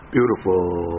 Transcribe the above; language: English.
Beautiful